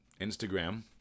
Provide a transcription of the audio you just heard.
Instagram